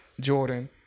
Jordan